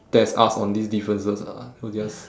test us on these differences ah so just